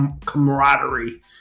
camaraderie